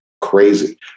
crazy